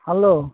hello